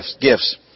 gifts